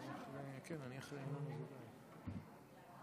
אני רוצה לפרגן על